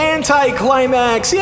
Anti-climax